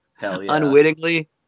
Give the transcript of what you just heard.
unwittingly